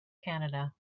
canada